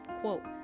quote